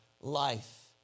life